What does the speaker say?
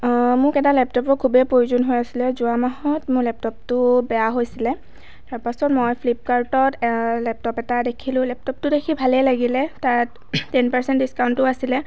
মোক এটা লেপটপৰ খুবেই প্ৰয়োজন হৈ আছিলে যোৱা মাহত মোৰ লেপটপটো বেয়া হৈছিলে তাৰ পাছত মই ফ্লিপকাৰ্টত লেপটপ এটা দেখিলোঁ লেপটপটো দেখি ভালেই লাগিলে তাত টেন পাৰচেণ্ট ডিস্কাউণ্টো আছিলে